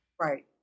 Right